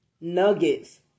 nuggets